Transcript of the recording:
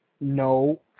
no